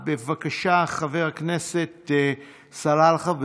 בבקשה, חבר הכנסת סלאלחה.